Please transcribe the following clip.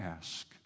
ask